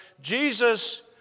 Jesus